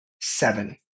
seven